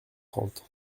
trente